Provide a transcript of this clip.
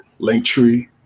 Linktree